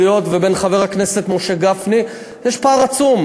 קריאות ובין חבר הכנסת משה גפני יש פער עצום.